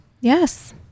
Yes